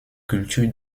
cultures